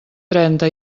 trenta